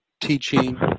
teaching